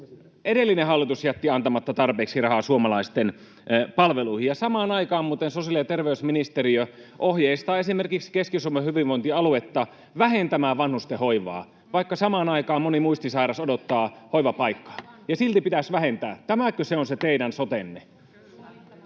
edellinen hallitus jätti antamatta tarpeeksi rahaa suomalaisten palveluihin. Ja samaan aikaan muuten sosiaali- ja terveysministeriö ohjeistaa esimerkiksi Keski-Suomen hyvinvointialuetta vähentämään vanhustenhoivaa, vaikka samaan aikaan moni muistisairas odottaa hoivapaikkaa, ja silti pitäisi vähentää. Tämäkö se on se teidän sotenne?